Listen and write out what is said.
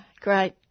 Great